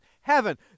heaven